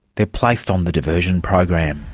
they're placed on the diversion program.